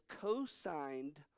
co-signed